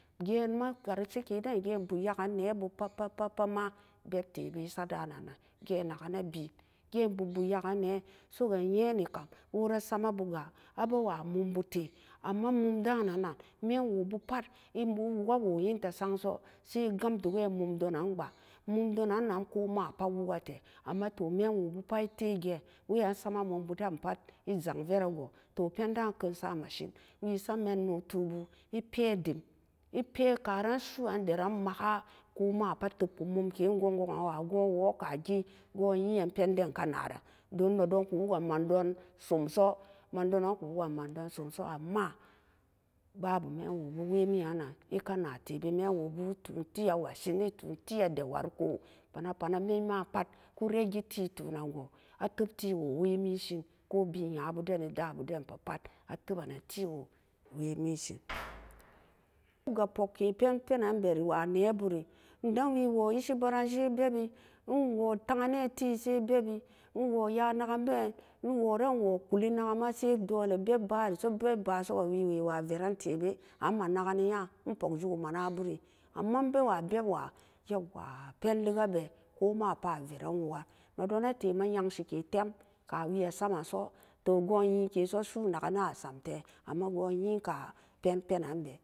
Gan ma karshi ke den ma boot ya ken nee boo ma pat pat ma beb tebe sat da nan-nan gee na ke ne been ga'an bot-bot ya kee nee wora sama ga a bewa mum bu tee amma mum bu tee miin wu boo pat e wuka wu e te sai e gam e dok bee mum donan ga mum donan pat woo wu'u ke tee amma toh mee woo bu pat e woke tee e tee gee we'an sama mum bu dan pat e jan vere goo pan da da'a mu men masin e sat meenoo tu bu e pee dem e pee ka ran su'uan daran maka ku ma pat tebkun mum kee gun-gun an goo wukan goo yee pen den ka na ran don nee don ku wuku ken man don som soo amma ba bu mee woo bu e ka na te be mee woo bu e tu'u tee e maseen e tu'u tee e dat wari koo pana mii ma pat ku ree gee tee tunen goo a tep tee woo wimin sen koo, ben nya bu den e da'a bu denpa a te bene tee woo wimin seen mo ga pok leee pok kee pen peran kee wa nee bu re e da wee wou isi baren sai bebi we woo ta a'an ma sai bebi e woo nya nakem been e benen e woo kulli naken ma sai beb bari beb ba so ga wee wee wa veran tee bee amma nakee ne ni nya e pok juki manaburi. Amma e bee wa beb wa'a pen leka bee ma pat a veran wu'uken donee tee ga ma yansi kee tem ka we a samen soo goon yee kee so su'u naken na sam tee amma goo yee ka pen penan bee.